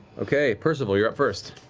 okay, percival, you're up first.